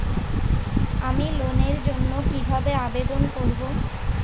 আমি লোনের জন্য কিভাবে আবেদন করব?